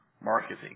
marketing